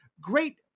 great